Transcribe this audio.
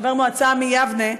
חבר מועצה מיבנה,